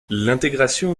l’intégration